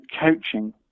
coaching